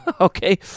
Okay